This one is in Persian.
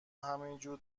همینجور